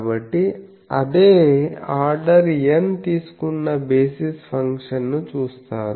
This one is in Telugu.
కాబట్టి అదే ఆర్డర్ N తీసుకున్న బేసిస్ ఫంక్షన్ ను చూస్తారు